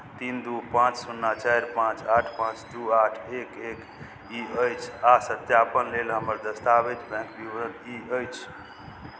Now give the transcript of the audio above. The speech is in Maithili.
तीन दू पाँच शुन्ना चारि पाँच आठ पाँच दू आठ एक एक ई अछि आ सत्यापन लेल हमर दस्तावेज बैंक विवरण ई अछि